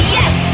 yes